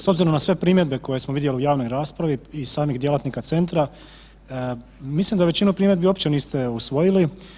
S obzirom na sve primjedbe koje smo vidjeli u javnoj raspravi i samih djelatnika Centra, mislim da većinu primjedbi uopće niste usvojili.